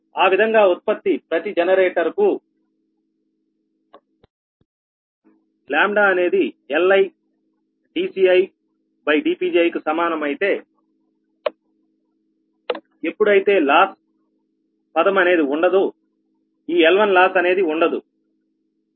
ఆ విధంగా ఉత్పత్తి ప్రతి జనరేటర్ కు LidCidPgiλ ఎప్పుడైతే లాస్ పదం అనేది ఉండదుఈ L1 లాస్ అనేది ఉండదు L1L2